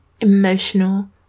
emotional